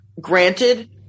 Granted